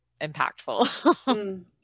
impactful